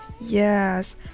Yes